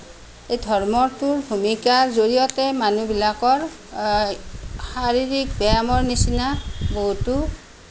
এই ধৰ্মটোৰ ভূমিকাৰ জড়িয়তে মানুহবিলাকৰ শাৰীৰিক ব্যায়ামৰ নিচিনা বহুতো